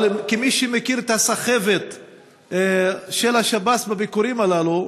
אבל כמי שמכיר את הסחבת של השב"ס בביקורים הללו,